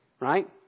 right